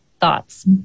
Thoughts